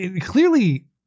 Clearly